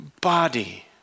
body